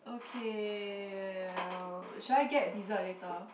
okay uh should I get dessert later